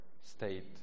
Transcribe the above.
state